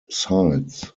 sides